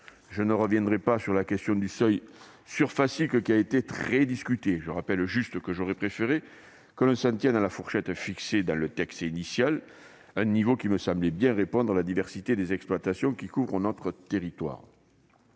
Je ne reviendrai pas sur la question du seuil surfacique, qui a été très discutée. Je rappellerai seulement que j'aurais préféré que l'on s'en tienne à la fourchette fixée dans le texte initial, un niveau qui me semblait bien répondre à la diversité des exploitations couvrant notre territoire.